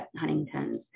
Huntington's